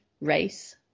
race